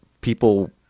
people